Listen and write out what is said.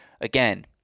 again